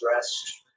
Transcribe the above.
stressed